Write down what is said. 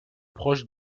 proche